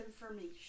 information